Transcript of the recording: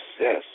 yes